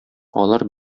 алар